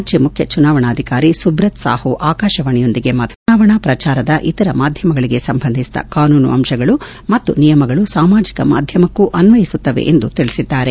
ರಾಜ್ಯ ಮುಖ್ಯ ಚುನಾವಣಾಧಿಕಾರಿ ಸುಬ್ರತ್ ಸಾಹು ಆಕಾಶವಾಣಿಯೊಂದಿಗೆ ಮಾತನಾಡಿ ಚುನಾವಣಾ ಪ್ರಚಾರದ ಇತರ ಮಾಧ್ಯಮಗಳಿಗೆ ಸಂಬಂಧಿಸಿದ ಕಾನೂನು ಅಂಶಗಳು ಮತ್ತು ನಿಯಮಗಳು ಸಾಮಾಜಿಕ ಮಾಧ್ಯಮಕ್ಕೂ ಅನ್ವಯಿಸುತ್ತವೆ ಎಂದು ತಿಳಿಸಿದ್ದಾರೆ